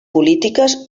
polítiques